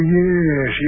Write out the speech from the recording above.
yes